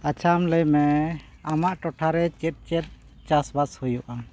ᱟᱪᱪᱷᱟ ᱟᱢ ᱞᱟᱹᱭᱢᱮ ᱟᱢᱟᱜ ᱴᱚᱴᱷᱟ ᱨᱮ ᱪᱮᱫ ᱪᱮᱫ ᱪᱟᱥ ᱵᱟᱥ ᱦᱩᱭᱩᱜᱼᱟ